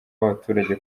w’abaturage